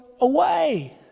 away